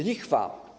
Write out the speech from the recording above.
Lichwa.